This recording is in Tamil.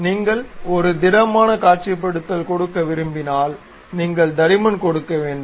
நீங்கள் ஒரு திடமான காட்சிப்படுத்தல் கொடுக்க விரும்பினால் நீங்கள் தடிமன் கொடுக்க வேண்டும்